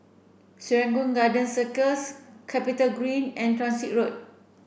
Serangoon Garden Circus CapitaGreen and Transit Road